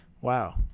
wow